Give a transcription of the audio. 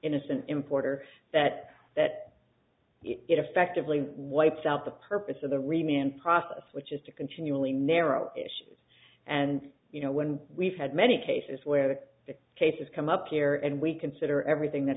innocent importer that that effectively wipes out the purpose of the reunion process which is to continually narrow issues and you know when we've had many cases where the cases come up here and we consider everything that